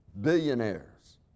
billionaires